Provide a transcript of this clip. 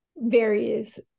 various